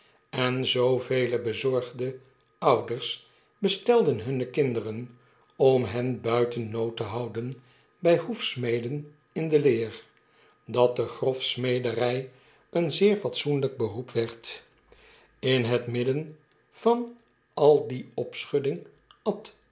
en zoovele bezorgde ouders bestelden hunne kinderen om hen buiten nood te houden by hoefsmeden in de leer dat de grofsmederjj een zeer fatsoenljjk beroep werd in het midden van al die opschudding at